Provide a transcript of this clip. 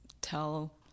tell